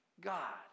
God